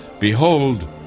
Behold